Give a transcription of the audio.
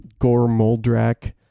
Gormoldrak